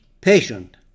patient